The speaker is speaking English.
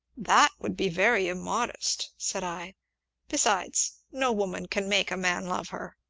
that would be very immodest! said i besides, no woman can make a man love her.